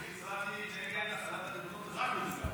אני הצבעתי נגד החלת הריבונות רק בבקעת הירדן.